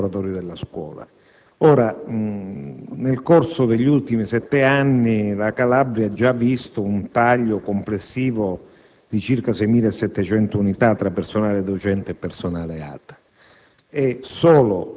degli insegnanti, dei lavoratori della scuola in genere. Nel corso degli ultimi sette anni, la Calabria ha già visto un taglio complessivo di circa 6.700 unità tra personale docente e personale ATA